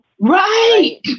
right